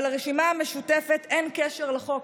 אבל לרשימה המשותפת אין קשר לחוק.